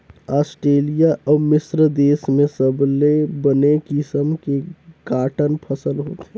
Australia अउ मिस्र देस में सबले बने किसम के कॉटन फसल होथे